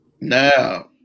Now